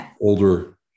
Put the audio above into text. older